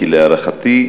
כי, להערכתי,